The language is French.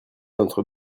entre